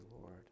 Lord